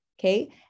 okay